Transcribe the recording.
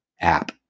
app